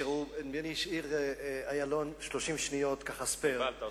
דני אילון השאיר 30 שניות ככה spare, קיבלת.